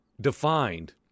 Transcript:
defined